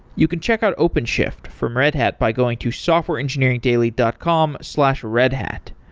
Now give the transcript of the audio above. you can check out openshift from red hat by going to softwareengineeringdaily dot com slash redhat.